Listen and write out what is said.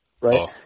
right